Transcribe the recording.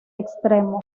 extremo